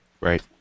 Right